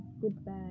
goodbye